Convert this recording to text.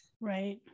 Right